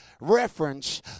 reference